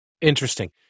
Interesting